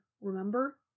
remember